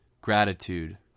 Gratitude